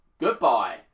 goodbye